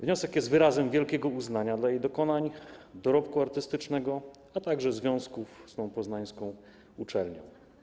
Wniosek jest wyrazem wielkiego uznania dla jej dokonań, dorobku artystycznego, a także związków z tą poznańską uczelnią.